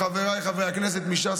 חבריי חברי הכנסת מש"ס,